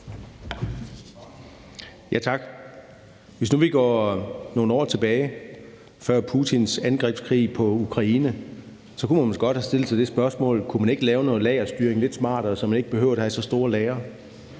Tak. Hvis nu vi går nogle år tilbage til før Putins angrebskrig på Ukraine, kunne man måske godt have stillet sig selv spørgsmålet, om ikke man kunne lave lagerstyringen lidt smartere, så man ikke behøvede at have så store lagre.